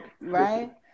right